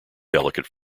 delicate